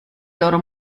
loro